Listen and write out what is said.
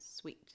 sweet